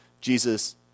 Jesus